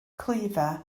clwyfau